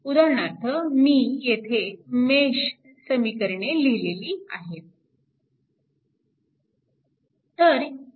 उदाहरणार्थ मी येथे मेश समीकरणे लिहिली आहेत